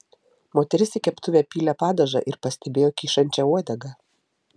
moteris į keptuvę pylė padažą ir pastebėjo kyšančią uodegą